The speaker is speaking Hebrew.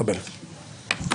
בבקשה.